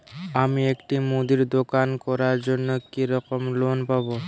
আমি একটি মুদির দোকান করার জন্য কি রকম লোন পাব?